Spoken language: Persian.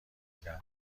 دیدن